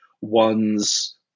one's